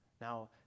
Now